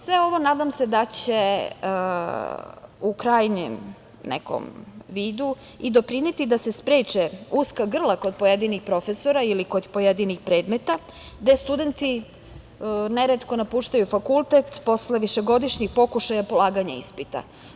Sve ovo, nadam se, da će, u krajnjem nekom vidu, i doprineti da se spreče uska grla kod pojedinih profesora ili kod pojedinih predmeta gde studenti neretko napuštaju fakultet posle višegodišnjih pokušaja polaganja ispita.